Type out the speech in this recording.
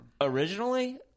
Originally